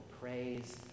praise